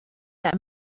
that